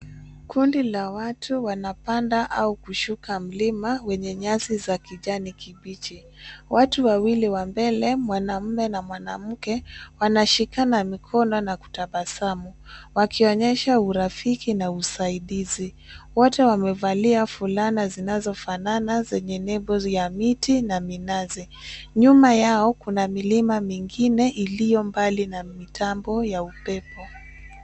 Kundi la watu wanapanda au kushuka mlima wenye nyasi za kijani kibichi. Watu wawili wa mbele, mwanamume na mwanamke, wanashikana mikono na kutabasamu wakionyesha urafiki na usaidizi. Wote wamevalia fulana zinazofanana zenye nembo ya miti na minazi. Nyuma yao kuna milima mingine iliyo mbali na mitambo ya upepo.